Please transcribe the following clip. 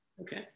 Okay